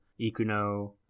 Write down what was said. Ikuno